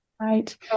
Right